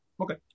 Okay